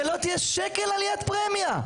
ולא תהיה שקל עליית פרמיה.